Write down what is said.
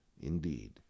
Indeed